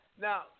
now –